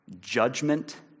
judgment